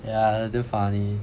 yeah damn funny